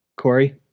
Corey